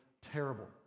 terrible